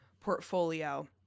portfolio